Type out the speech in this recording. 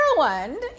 Ireland